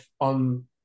on